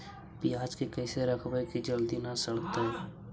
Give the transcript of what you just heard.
पयाज के कैसे रखबै कि जल्दी न सड़तै?